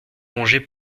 congé